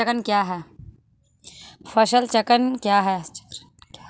फसल चक्रण क्या है?